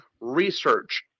research